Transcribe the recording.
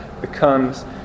becomes